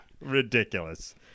ridiculous